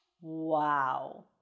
Wow